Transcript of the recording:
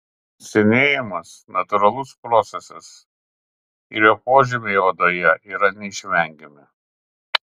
senėjimas natūralus procesas ir jo požymiai odoje yra neišvengiami